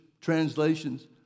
translations